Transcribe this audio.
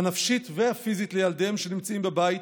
הנפשית והפיזית לילדיהם שנמצאים בבית,